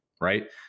right